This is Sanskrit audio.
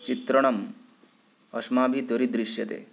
चित्रणम् अस्माभिः दरीदृश्यते